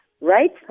right